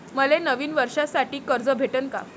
मले नवीन वर्षासाठी कर्ज भेटन का?